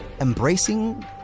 embracing